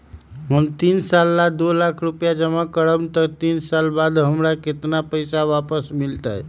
हम तीन साल ला दो लाख रूपैया जमा करम त तीन साल बाद हमरा केतना पैसा वापस मिलत?